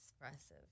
expressive